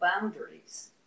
boundaries